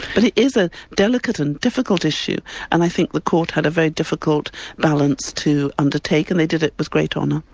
but it is a delicate and difficult issue and i think the court had a very difficult balance to undertake and they did it with great honour.